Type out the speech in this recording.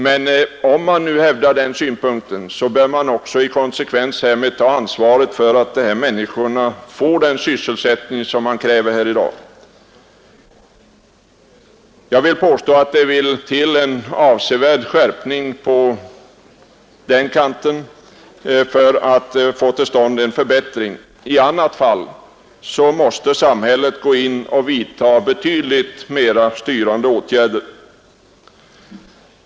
De som hävdar den uppfattningen bör också i konsekvensens namn hävda att den privata arbetsmarknaden skall ta ansvaret för människornas sysselsättning. Jag vill påstå att det behövs en avsevärd skärpning på den kanten för att få till stånd en förbättring. I annat fall måste samhället gå in och vidta betydligt mera styrande åtgärder.